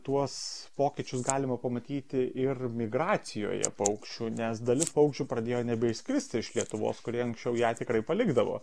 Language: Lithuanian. tuos pokyčius galima pamatyti ir migracijoje paukščių nes dalis paukščių pradėjo nebeišskristi iš lietuvos kurie anksčiau ją tikrai palikdavo